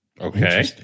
Okay